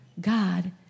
God